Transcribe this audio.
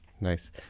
Nice